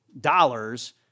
dollars